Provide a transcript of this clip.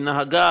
היא נהגה,